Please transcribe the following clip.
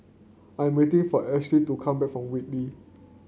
I'm waiting for Ashby to come back from Whitley